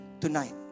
tonight